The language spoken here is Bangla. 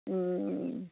হুম